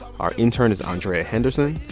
our intern is andrea henderson.